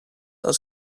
aus